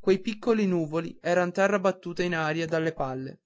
quei piccoli nuvoli eran terra buttata in aria dalle palle